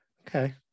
Okay